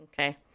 Okay